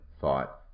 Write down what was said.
thought